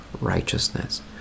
righteousness